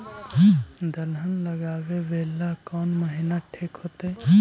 दलहन लगाबेला कौन महिना ठिक होतइ?